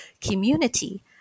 community